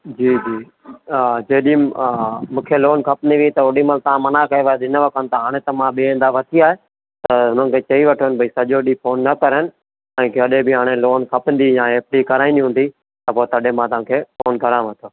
जी जी जॾहिं मूंखे लोन खपंदी हुई त ओॾी महिल तव्हां मना कयव ॾिनव कोन तव्हां हाणे त मां ॿिए हंधा वरिती आहे त हुननि खे चई वठोनि भई सॼो ॾींहुं फ़ोन न करनि ऐं जॾहिं बि हाणे लोन खपंदी या एफ़ डी कराइणी हूंदी त पोइ तॾहिं मां तव्हांखे फ़ोन कयांव थो